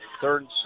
Third